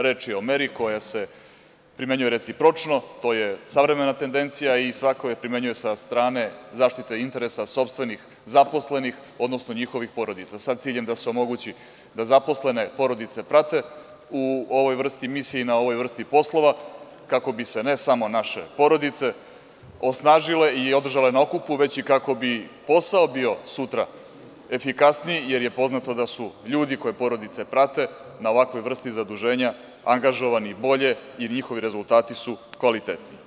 Reč je o meri koja se primenjuje recipročno, to je savremena tendencija i svako je primenjuje sa strane zaštite interesa sopstvenih zaposlenih, odnosno njihovih porodica, a sa ciljem da se omogući da zaposlene porodice prate u ovoj vrsti misije i na ovoj vrsti poslova, kako bi se ne samo naše porodice osnažile i održale na okupu, već i kako bi posao bio sutra efikasniji, jer je poznato da su ljudi koje porodice prate na ovakvoj vrsti zaduženja angažovani bolje i njihovi rezultati su kvalitetni.